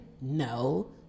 No